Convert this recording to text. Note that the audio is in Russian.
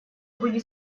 будет